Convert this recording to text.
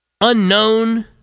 unknown